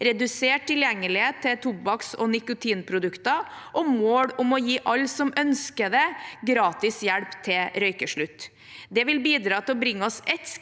redusert tilgjengelighet til tobakks- og nikotinprodukter og mål om å gi alle som ønsker det, gratis hjelp til røykeslutt. Det vil bidra til å bringe oss ett skritt